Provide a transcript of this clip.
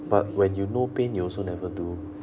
but when you no pain you also never do